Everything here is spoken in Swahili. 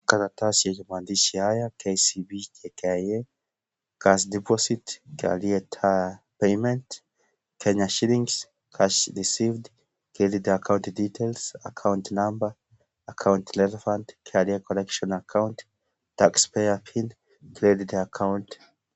Karatasi yenye maandishi haya: KCB cash deposit payment Kenya shillings cash received credit account details, account number, account letter fund, carrier account number, account tax payer pin, credit account .